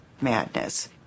madness